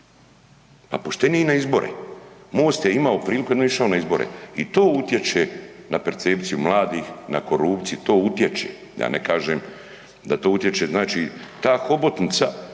A pošteniji na izbore. Most je imao priliku i onda je išao na izbore i to utječe na percepciju mladih, na korupciju to utječe. Ja ne kažem da to utječe, znači ta hobotnica